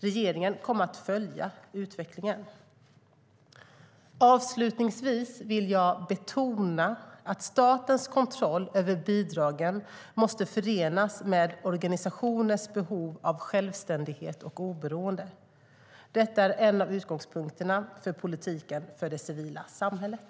Regeringen kommer att följa utvecklingen.